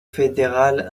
fédérale